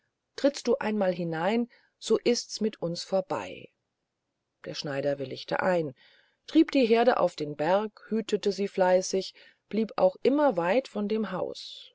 trittst du einmal hinein so ists mit uns vorbei der schneider willigte ein trieb die heerde auf den berg hütete sie fleißig blieb auch immer weit von dem haus